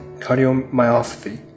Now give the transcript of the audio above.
cardiomyopathy